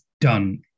done